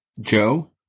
Joe